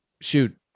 shoot